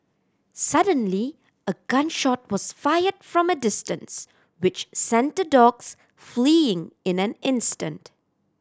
suddenly a gun shot was fired from a distance which sent dogs fleeing in an instant